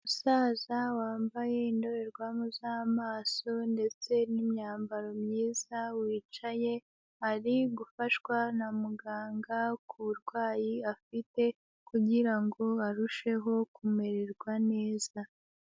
Umusaza wambaye indorerwamo z'amaso ndetse n'imyambaro myiza wicaye, ari gufashwa na muganga ku burwayi afite kugira ngo arusheho kumererwa neza.